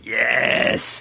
yes